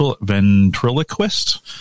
ventriloquist